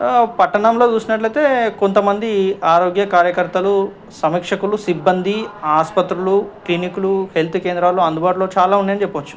పట్టణంలో చూసినట్లయితే కొంతమంది ఆరోగ్య కార్యకర్తలు సమీక్షకులు సిబ్బంది ఆసుపత్రులు క్లినిక్లు హెల్త్ కేంద్రాలు అందుబాటులో చాలా ఉన్నాయి అని చెప్పవచ్చు